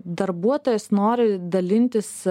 darbuotojas nori dalintis